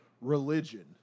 religion